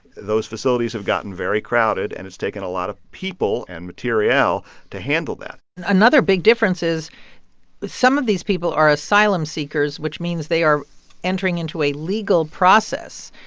those facilities have gotten very crowded, and it's taken a lot of people and materiel to handle that another big difference is some of these people are asylum seekers, which means they are entering into a legal process,